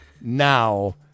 now